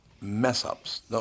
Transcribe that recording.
mess-ups